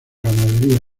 ganadería